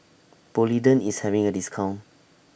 Polident IS having A discount